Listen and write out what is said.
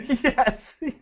Yes